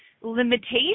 limitation